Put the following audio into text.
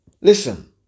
listen